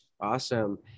Awesome